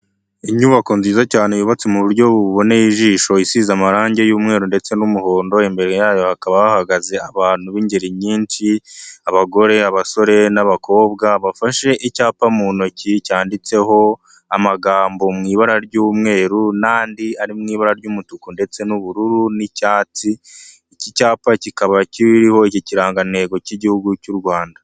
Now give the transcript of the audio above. Inyubako nziza cyane yubatse mu buryo buboneye ijisho isize amarangi y'umweru ndetse n'umuhondo, imbere yayo hakaba hahagaze abantu b'ingeri nyinshi abagore, abasore n'abakobwa. Bafashe icyapa mu ntoki cyanditseho amagambo mu ibara ry'umweru n'andi ari mu ibara ry'umutuku ndetse n'ubururu n'icyatsi, iki cyapa kikaba kiriho iki kirangantego cy'igihugu cy'u Rwanda.